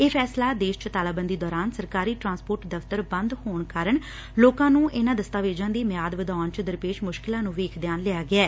ਇਹ ਫੈਸਲਾ ਦੇਸ਼ ਚ ਤਾਲਾਬੰਦੀ ਦੌਰਾਨ ਸਰਕਾਰੀ ਟਰਾਸਪੌਰਟ ਦਫ਼ਤਰ ਬੰਦ ਹੋਣ ਕਾਰਨ ਲੋਕਾ ਨੂੰ ਇਨਾਂ ਦਸਤਾਵੇਜ਼ਾਂ ਦੀ ਮਿਆਦ ਵਧਾਉਣ ਚ ਦਰਪੇਸ਼ ਮੁਸ਼ਕਿਲਾਂ ਨੂੰ ਵੇਖਦਿਆਂ ਲਿਆ ਗਿਐ